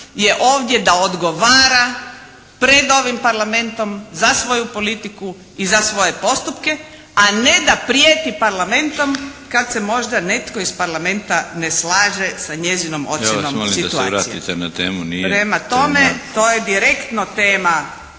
je ovdje da odgovara pred ovim Parlamentom za svoju politiku i za svoje postupke, a ne da prijeti Parlamentom kad se možda netko iz Parlamenta ne slaže sa njezinom ocjenom situacije. **Milinović, Darko (HDZ)**